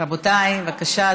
רבותיי, בבקשה.